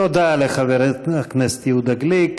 תודה לחבר הכנסת יהודה גליק.